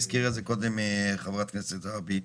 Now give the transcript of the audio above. והזכירה את זה קודם חברת הכנסת זועבי,